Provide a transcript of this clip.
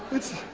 it's,